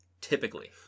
typically